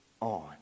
on